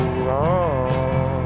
wrong